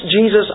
Jesus